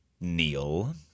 Neil